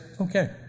okay